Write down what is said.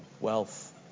wealth